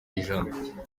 ijana